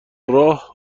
راه